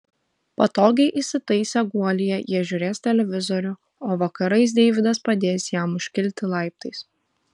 patogiai įsitaisę guolyje jie žiūrės televizorių o vakarais deividas padės jam užkilti laiptais